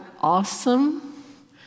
awesome